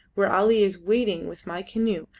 where ali is waiting with my canoe,